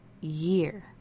year